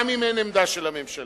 גם אם אין עמדה של הממשלה.